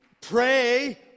Pray